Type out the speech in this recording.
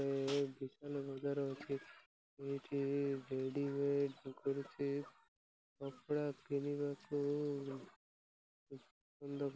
ଦେଇଥାନ୍ତି ତାଙ୍କର ସେହିସବୁ କଥାକୁ ଦେଖି ଯେଉଁ ସବୁ ଆଗ ପାଇଁ ବା ବୃଦ୍ଧ ବା ବୃଦ୍ଧ ଗଣ ଆସିଥାନ୍ତି ସେ ତାଙ୍କ ନିୟମ ପାଳନ କରିଥାନ୍ତି ସେ ତାଙ୍କର